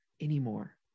anymore